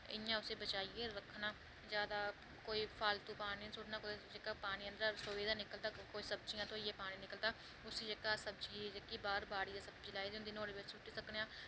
इ'यां उसी बचाइयै रक्खना जैदा कोई फालतू पानी निं सु'ट्ट्ना कुतै जेह्का पानी अंदरां सुए दा निकलदा कोई सब्जियां धोइयै पानी निकलदा उसी जेह्का सब्जी ऐ जेह्का बाह्र बाड़ी सब्जी लाई दी होंदी